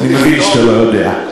אני מבין שאתה לא יודע.